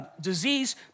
disease